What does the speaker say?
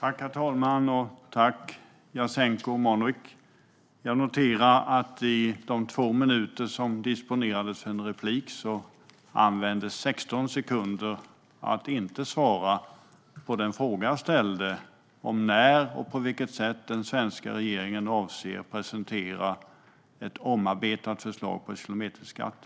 Herr ålderspresident! Jag noterar att av de två minuter som disponerades för en replik användes 16 sekunder åt att inte svara på den fråga jag ställde om när och på vilket sätt den svenska regeringen avser att presentera ett omarbetat förslag på kilometerskatt.